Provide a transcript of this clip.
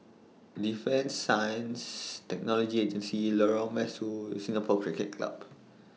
Defence Science Technology Agency Lorong Mesu Singapore Cricket Club